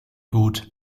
gut